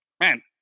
man